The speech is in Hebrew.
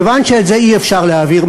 כיוון שאת זה אי-אפשר להעביר,